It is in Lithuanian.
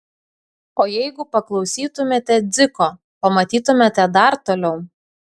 o jeigu paklausytumėte dziko pamatytumėte dar toliau